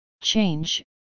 change